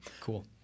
Cool